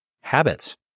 habits